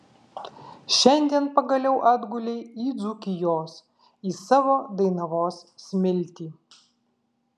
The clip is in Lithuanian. šiandien pagaliau atgulei į dzūkijos į savo dainavos smiltį